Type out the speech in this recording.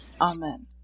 Amen